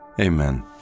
Amen